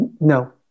No